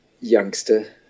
youngster